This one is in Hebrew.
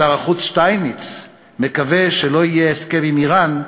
שר החוץ שטייניץ מקווה שלא יהיה הסכם עם איראן,